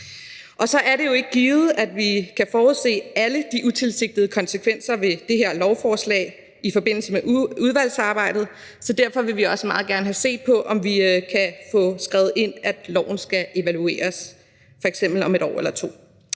Så er det jo ikke givet, at vi kan forudse alle de utilsigtede konsekvenser ved det her lovforslag i forbindelse med udvalgsarbejdet, så derfor vil vi også meget gerne have set på, om vi kan få skrevet ind, at loven skal evalueres, f.eks. om 1 år eller 2